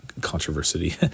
controversy